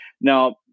Now